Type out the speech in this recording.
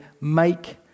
make